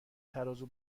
ترازو